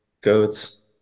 goats